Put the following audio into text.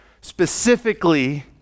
Specifically